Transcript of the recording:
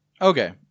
Okay